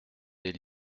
des